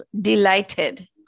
delighted